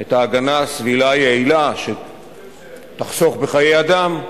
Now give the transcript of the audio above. את ההגנה הסבילה היעילה שתחסוך בחיי אדם,